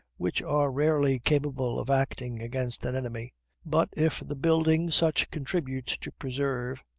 which are rarely capable of acting against an enemy but if the building such contributes to preserve,